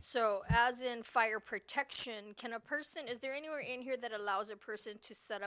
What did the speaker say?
so as in fire protection can a person is there anywhere in here that allows a person to set